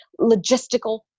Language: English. logistical